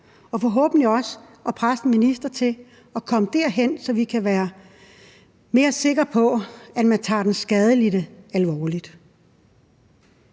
og forhåbentlig også at presse en minister til at komme derhen, hvor vi kan være mere sikre på, at man tager den skadelidte alvorligt.